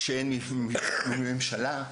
כשאין משילות וכשאין ממשלה,